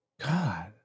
God